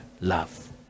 love